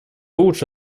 лучше